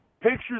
pictures